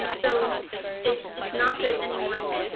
so it's it's not that anyone